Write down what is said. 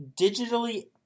digitally